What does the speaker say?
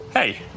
Hey